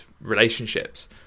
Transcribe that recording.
relationships